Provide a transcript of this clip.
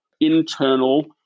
internal